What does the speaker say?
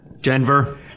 Denver